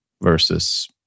versus